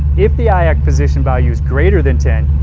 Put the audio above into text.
if the iac position value is greater than ten,